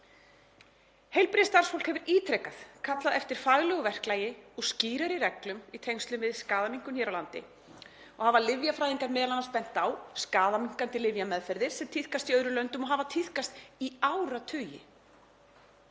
Heilbrigðisstarfsfólk hefur ítrekað kallað eftir faglegu verklagi og skýrari reglum í tengslum við skaðaminnkun hér á landi og hafa lyfjafræðingar m.a. bent á skaðaminnkandi lyfjameðferðir sem tíðkast í öðrum löndum og hafa tíðkast í áratugi.